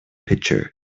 pitcher